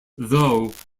though